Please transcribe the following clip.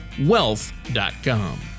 Wealth.com